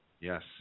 Yes